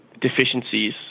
deficiencies